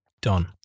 Done